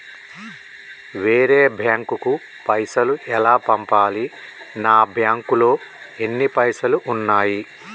వేరే బ్యాంకుకు పైసలు ఎలా పంపించాలి? నా బ్యాంకులో ఎన్ని పైసలు ఉన్నాయి?